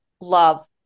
love